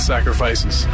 Sacrifices